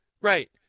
Right